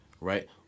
right